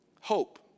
hope